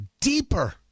deeper